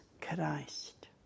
Christ